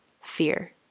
fear